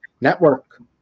network